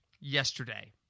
yesterday